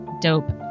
dope